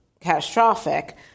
catastrophic